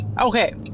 Okay